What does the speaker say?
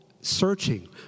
searching